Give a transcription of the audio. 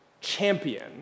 champion